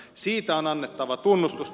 siitä on annettava tunnustusta